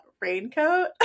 raincoat